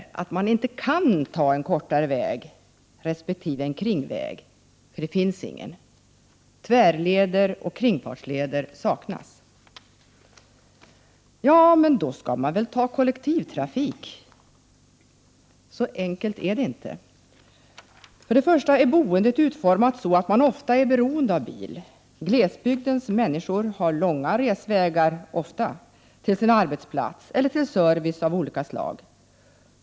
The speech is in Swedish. Man kan inte ta en kortare väg resp. en kringväg — det finns ingen. Tvärleder och kringfartsleder saknas. Men skall man då inte använda kollektivtrafik? Så enkelt är det inte. Först och främst är boendet utformat så att man ofta är beroende av bil. Glesbygdens människor har t.ex. ofta långa resvägar till sin arbetsplats eller till service av olika slag.